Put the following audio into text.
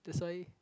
that's why